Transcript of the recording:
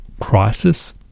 crisis